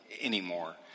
anymore